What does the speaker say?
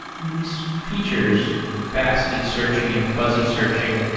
these features, faceted searching and fuzzy searching,